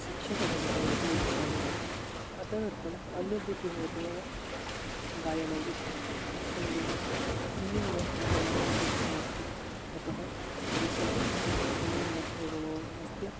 शिक्षकः भवितुं बहु इच्छामि तदर्थम् अन्यत् वृत्तिः भवति मम गायनवृत्तिः सिङ्गिङ्ग् सिङ्गिङ्ग् मध्ये मम बहु इच्छा अस्ति अतः वृत्तिः सिङ्गिङ् मध्ये मम अस्ति